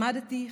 למדתי,